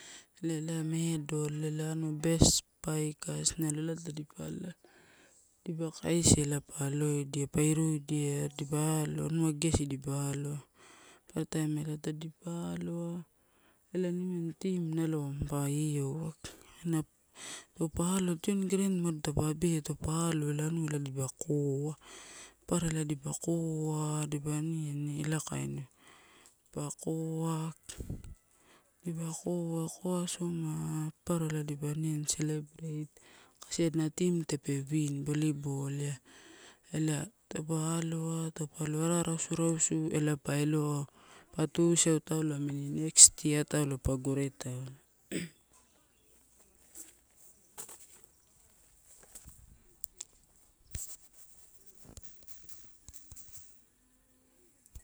Ela, elai medol, elai eia best dipa kaisia ela pa aloidia, dipa alo anu a gegesi dipa alo, papara taim tadipa aloa. Elai nimani team nalo mampa iouwa, kaina taupa aloa, tioni grand umado taupa abeia taupa aloe ela anua dipa koa. Papara elai dipa koa dipa aniani, dipa ko, dipa koa papara dipa aniani selebreit kasi adina team tape win volleyball ai. Ela taupa aloa taupe lo ara arausu ela pa elo amini next year taulo pagore taul.